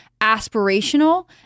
aspirational